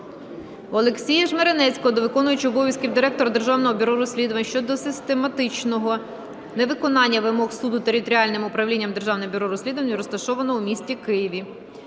Олексія Жмеренецького до виконуючого обов'язків Директора Державного бюро розслідувань щодо систематичного невиконання вимог суду Територіальним управлінням Державного бюро розслідувань, розташованого у місті Києві.